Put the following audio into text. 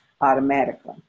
automatically